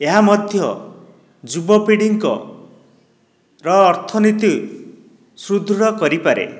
ଏହା ମଧ୍ୟ ଯୁବପିଢ଼ିଙ୍କର ଅର୍ଥନୀତି ସୃଦୁଢ କରିପାରେ